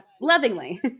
lovingly